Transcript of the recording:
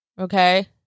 okay